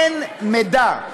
אין מידע,